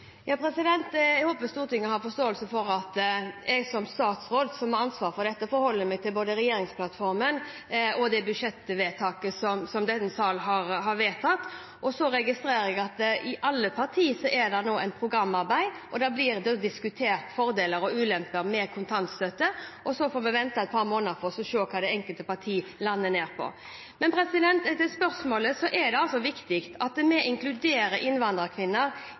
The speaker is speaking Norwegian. Jeg håper Stortinget har forståelse for at jeg som statsråd, som har ansvaret for dette, forholder meg til både regjeringsplattformen og det budsjettvedtaket som denne sal har gjort. Jeg registrerer at det i alle partier nå er et programarbeid, og der blir det også diskutert fordeler og ulemper med kontantstøtte, og så får vi vente et par måneder for å se hva det enkelte parti lander på. Men til spørsmålet: Det er viktig at vi inkluderer innvandrerkvinner